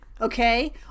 okay